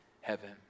heaven